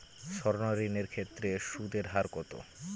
সর্ণ ঋণ এর ক্ষেত্রে সুদ এর হার কত?